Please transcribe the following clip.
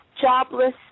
Jobless